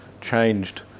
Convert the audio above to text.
changed